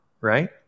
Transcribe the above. right